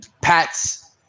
Pats